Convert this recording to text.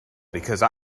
because